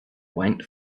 went